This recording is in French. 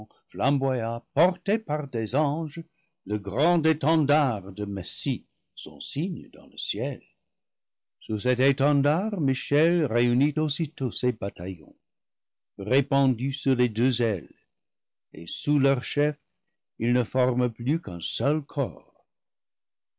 flamboya porté par des anges le grand étendard du messie son signe dans le ciel sous cet étendard michel ré unit aussitôt ses bataillons répandus sur les deux ailes et sous leur chef ils ne forment plus qu'un seul corps